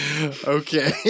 Okay